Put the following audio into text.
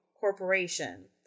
Corporation